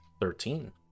Thirteen